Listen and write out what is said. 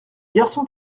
garçons